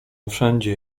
wszędzie